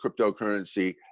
cryptocurrency